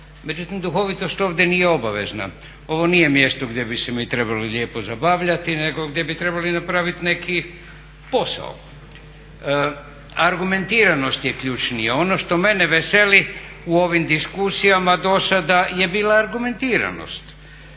međutim duhovitost ovdje nije obavezna. Ovo nije mjesto gdje bi se mi trebali lijepo zabavljati nego gdje bi trebali napraviti neki posao. Argumentiranost je ključnije. A ono što mene veseli u ovim diskusijama do sada je bila argumentiranost.